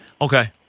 Okay